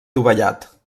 dovellat